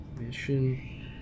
Mission